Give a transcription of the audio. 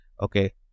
okay